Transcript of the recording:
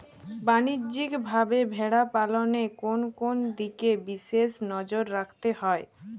বাণিজ্যিকভাবে ভেড়া পালনে কোন কোন দিকে বিশেষ নজর রাখতে হয়?